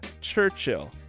Churchill